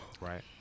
right